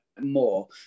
more